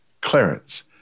Clarence